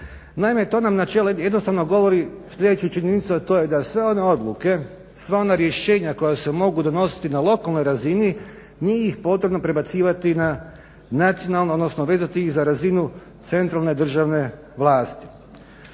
Naime, to nam načelo jednostavno govori sljedeću činjenicu, a to je da sve one odluke, sva ona rješenja koja se mogu donositi na lokalnoj razini nije ih potrebno prebacivati na nacionalno, odnosno … za razinu centralne državne vlasti.